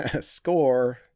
score